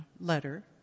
letter